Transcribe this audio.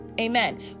Amen